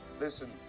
Listen